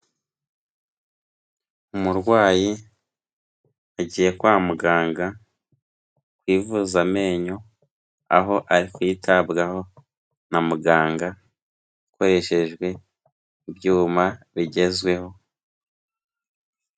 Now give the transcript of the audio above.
Umurwayi agiye kwa muganga kw'ivuza amenyo, aho ari kwitabwaho na muganga koreshejwe ibyuma bigezweho.